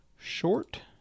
Short